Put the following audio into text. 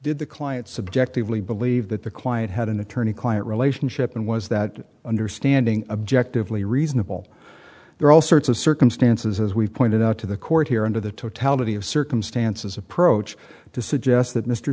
did the client subjectively believe that the client had an attorney client relationship and was that understanding objective lee reasonable there are all sorts of circumstances as we've pointed out to the court here and to the totality of circumstances approach to suggest that mr